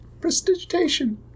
Prestigitation